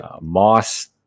moss